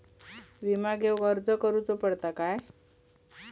विमा घेउक अर्ज करुचो पडता काय?